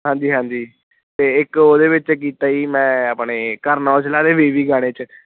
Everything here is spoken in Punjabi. ਹਾਂਜੀ ਹਾਂਜੀ ਅਤੇ ਇੱਕ ਉਹਦੇ ਵਿੱਚ ਕੀਤਾ ਜੀ ਮੈਂ ਆਪਣੇ ਕਰਨ ਔਜਲਾ ਦੇ ਬੇਬੀ ਗਾਣੇ 'ਚ